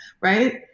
right